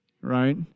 right